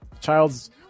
child's